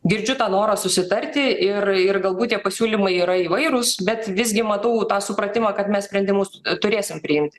girdžiu tą norą susitarti ir ir galbūt tie pasiūlymai yra įvairūs bet visgi matau tą supratimą kad mes sprendimus turėsim priimti